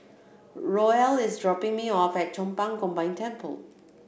Roel is dropping me off at Chong Pang Combined Temple